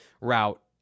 route